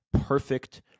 perfect